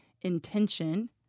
intention